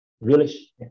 village